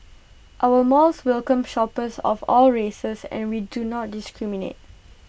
our malls welcome shoppers of all races and we do not discriminate